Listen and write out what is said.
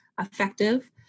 effective